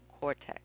cortex